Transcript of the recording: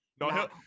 No